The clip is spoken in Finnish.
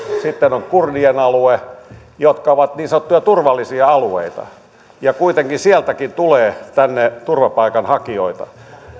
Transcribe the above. sitten on kurdien alue jotka ovat niin sanottuja turvallisia alueita ja kuitenkin sieltäkin tulee tänne turvapaikanhakijoita